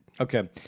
Okay